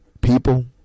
People